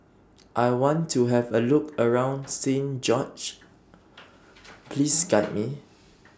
I want to Have A Look around Saint George Please Guide Me